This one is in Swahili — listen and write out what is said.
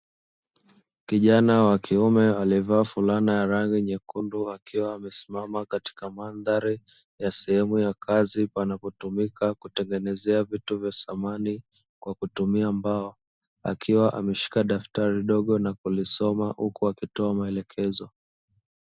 Kijana wa kiume aliyevaa fulana ya rangi nyekundu akiwa amesimama katika madhari ya sehemu ya kazi panapotumika kutengeneza vitu vya samani kwa kutumia mbao, akiwa ameshika daftari dogo na kulisoma huku wakitoa maelekezo.